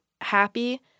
happy